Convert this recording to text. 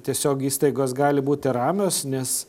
tiesiog įstaigos gali būti ramios nes